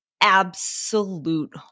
absolute